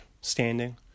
standing